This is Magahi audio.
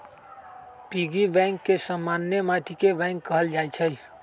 पिगी बैंक के समान्य माटिके बैंक कहल जाइ छइ